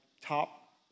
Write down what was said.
top